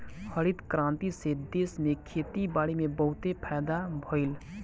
हरित क्रांति से देश में खेती बारी में बहुते फायदा भइल